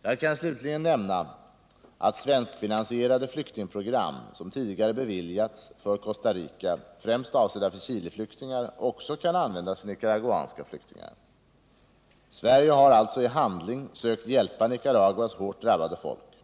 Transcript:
; Jag kan slutligen nämna att svenskfinansierade flyktingprogram som tidigare beviljats för Costa Rica, främst avsedda för Chileflyktingar, också kan användas för nicaraguanska flyktingar. Sverige har alltså i handling sökt hjälpa Nicaraguas hårt drabbade folk.